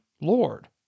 Lord